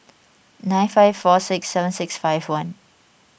nine five four six seven six five one